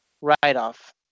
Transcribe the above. Write-off